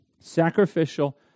sacrificial